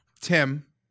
Tim